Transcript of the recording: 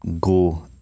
go